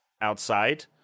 outside